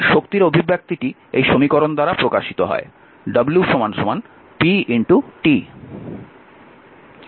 শক্তির অভিব্যক্তিটি এই সমীকরণ দ্বারা প্রকাশিত হয় w pt